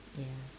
ya